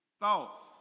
thoughts